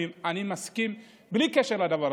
אני הקשבתי לך בקשב רב.